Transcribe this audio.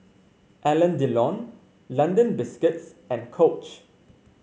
Alain Delon London Biscuits and Coach